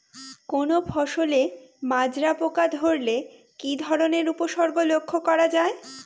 কোনো ফসলে মাজরা পোকা ধরলে কি ধরণের উপসর্গ লক্ষ্য করা যায়?